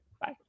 Bye